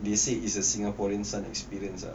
they say it's a singaporean son experience ah